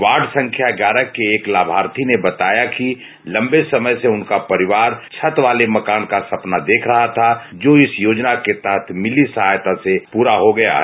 ward संख्या ग्यारह के एक लाभार्थी ने बताया कि लंबे समय से उनका परिवार छत वाले मकान का सपना देख रहा था जो इस योजना के तहत मिली सहायता से पूरा हो गया है